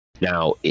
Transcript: Now